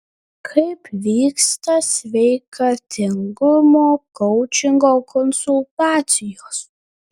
kaip vyksta sveikatingumo koučingo konsultacijos